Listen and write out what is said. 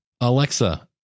Alexa